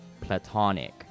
platonic